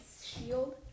shield